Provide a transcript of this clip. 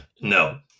No